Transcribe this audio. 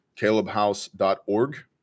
calebhouse.org